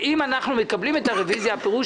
שאם אנחנו מקבלים את הרוויזיה הפירוש